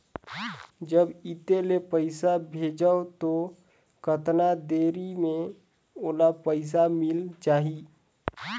जब इत्ते ले पइसा भेजवं तो कतना देरी मे ओला पइसा मिल जाही?